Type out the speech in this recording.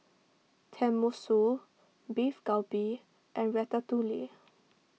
Tenmusu Beef Galbi and Ratatouille